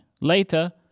later